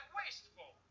wasteful